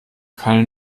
keine